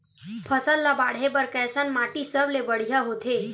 फसल ला बाढ़े बर कैसन माटी सबले बढ़िया होथे?